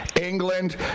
England